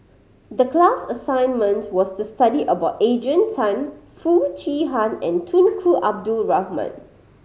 the class assignment was to study about Adrian Tan Foo Chee Han and Tunku Abdul Rahman